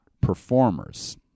performers